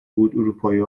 بود، اروپایی